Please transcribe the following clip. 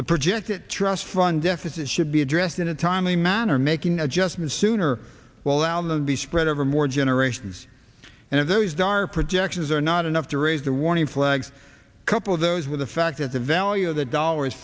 the projected trust fund deficit should be addressed in a timely manner making adjustments sooner well out of be spread over more generations and if those dark projections are not enough to raise the warning flags couple of those with the fact that the value of the dollar is